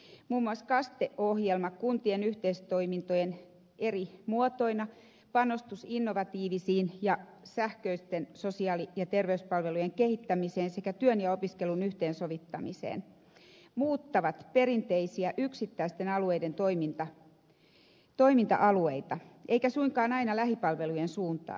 muun muassa kaste ohjelma kuntien yhteistoimintojen eri muodot panostus innovatiivisten ja sähköisten sosiaali ja terveyspalvelujen kehittämiseen sekä työn ja opiskelun yhteensovittamiseen muuttavat perinteisiä yksittäisten alueiden toiminta alueita eivätkä suinkaan aina lähipalvelujen suuntaan